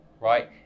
right